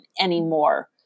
anymore